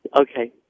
Okay